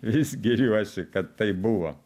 vis giriuosi kad tai buvo